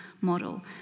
model